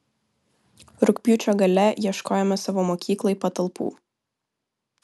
rugpjūčio gale ieškojome savo mokyklai patalpų